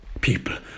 people